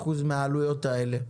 90% מהעלויות האלה.